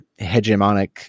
hegemonic